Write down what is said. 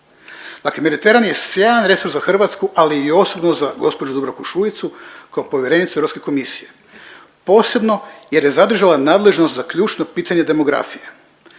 Dakle, Mediteran je sjajan resurs za Hrvatsku ali i osobno za gospođu Dubravku Šuicu kao povjerenicu Europske komisije posebno jer je zadržala nadležnost za ključno pitanje demografije.